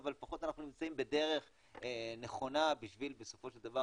אבל לפחות אנחנו נמצאים בדרך נכונה בשביל בסופו של דבר